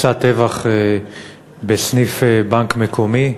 מסע טבח בסניף בנק מקומי,